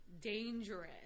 dangerous